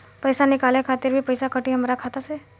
पईसा निकाले खातिर भी पईसा कटी हमरा खाता से?